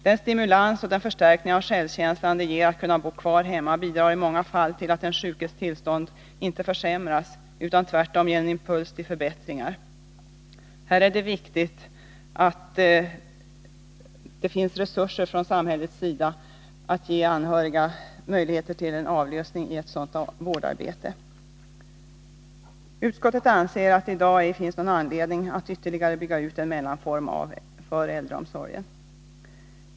Den stimulans och den förstärkning av självkänslan det ger att kunna bo kvar hemma bidrar i många fall till att den sjukes tillstånd inte försämras, utan tvärtom ger en impuls till förbättringar. Här bör det finnas möjligheter för anhöriga till avlösning i vårdarbetet. Utskottet anser att det i dag inte finns någon anledning att bygga ut en mellanform för äldreomsorgen.